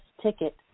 ticket